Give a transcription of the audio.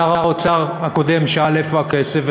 שר האוצר הקודם שאל איפה הכסף,